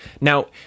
Now